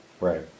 Right